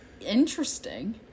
interesting